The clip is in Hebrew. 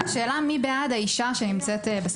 השאלה מי בעד האישה שנמצאת בסכנה?